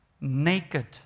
naked